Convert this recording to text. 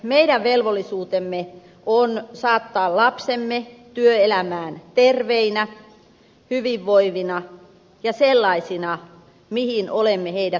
meidän velvollisuutemme on saattaa lapsemme työelämään terveinä hyvinvoivina ja sellaisina mihin olemme heidät kouluttaneet